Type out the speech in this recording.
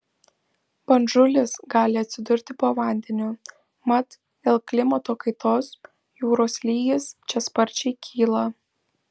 bandžulis gali atsidurti po vandeniu mat dėl klimato kaitos jūros lygis čia sparčiai kyla